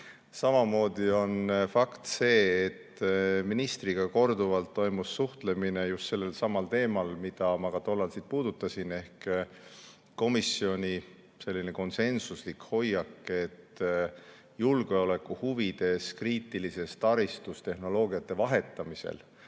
Samamoodi on fakt see, et ministriga sai korduvalt suheldud just sellelsamal teemal, mida ma ka tollal siin puudutasin. Komisjonil on konsensuslik hoiak, et julgeolekuhuvides võiks kriitilises taristus tehnoloogiate vahetamisel,